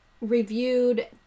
reviewed